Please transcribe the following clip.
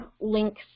links